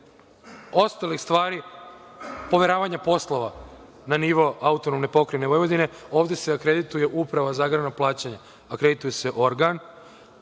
ostalih stvari, poveravanja poslova na nivo AP Vojvodine, ovde se akredituje Uprava za agrarna plaćanja, akredituje se organ.